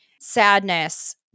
sadness